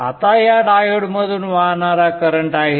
आता या डायोडमधून वाहणारा करंट आहे